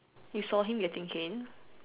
you saw him getting cane